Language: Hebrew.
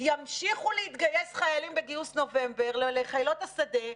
ימשיכו להתגייס חיילים בגיוס נובמבר לחילות השדה,